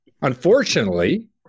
unfortunately